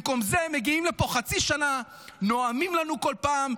במקום זה מגיעים לפה חצי שנה, נואמים לנו כל פעם.